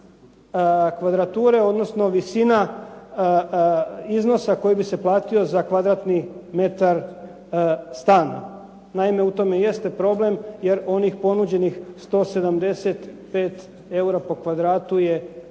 kvadrature, odnosno visina iznosa koji bi se platio za kvadratni metar stana. Naime, u tome i jeste problem, jer onih ponuđenih 175 eura po kvadratu je